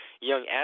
young